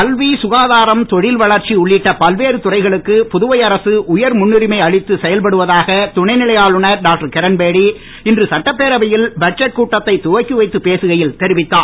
கல்விசுகாதாரம்தொழில்வளர்ச்சி உள்ளிட்ட பல்வேறு துறைகளுக்கு புதுவை அரசு உயர் முன்னுரிமை அளித்து செயல்படுவதாக துணைநிலை ஆளுநர் டாக்டர் கிரண்பேடி இன்று சட்டப்பேரவையில் பட்ஜெட் கூட்டத்தை துவக்கி வைத்து பேசுகையில் தெரிவித்தார்